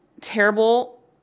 terrible